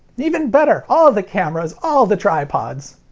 even better. all the cameras! all the tripods!